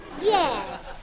Yes